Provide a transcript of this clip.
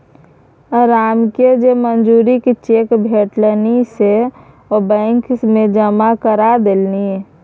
रामकेँ जे मजूरीक चेक भेटलनि से ओ बैंक मे जमा करा देलनि